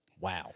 Wow